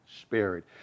Spirit